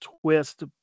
twist